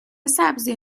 سبزی